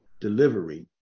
delivery